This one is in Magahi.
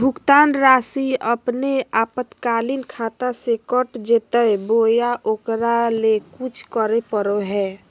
भुक्तान रासि अपने आपातकालीन खाता से कट जैतैय बोया ओकरा ले कुछ करे परो है?